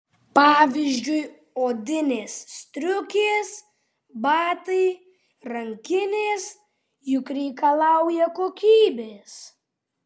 pavyzdžiui odinės striukės batai rankinės juk reikalauja kokybės